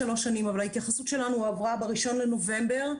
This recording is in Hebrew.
ההתייחסות שלנו הועברה ב-1 בנובמבר,